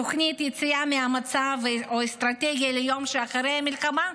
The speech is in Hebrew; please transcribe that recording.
תוכנית יציאה מהמצב או אסטרטגיה ליום שאחרי המלחמה,